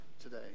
today